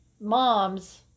moms